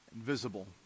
visible